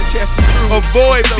avoid